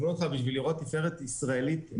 לראות תפארת ישראלית,